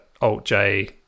Alt-J